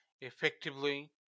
effectively